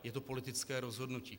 Je to politické rozhodnutí.